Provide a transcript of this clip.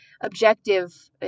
objective